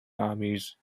armies